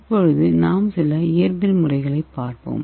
இப்போது நாம் சில இயற்பியல் முறைகளை பார்ப்போம்